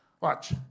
Watch